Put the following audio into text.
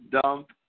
Dump